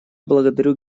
благодарю